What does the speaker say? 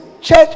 church